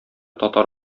татар